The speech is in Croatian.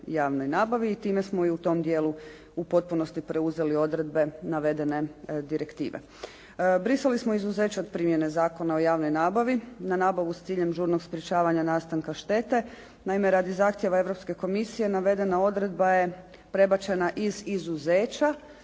i time smo i u tom dijelu u potpunosti preuzeli odredbe navedene direktive. Brisali smo izuzeća od primjene Zakona o javnoj nabavi na nabavu s ciljem žurnog sprječavanja nastanka štete. Naime, radi zahtjeva Europske komisije navedena odredba je prebačena iz izuzeća